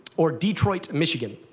or detroit, michigan.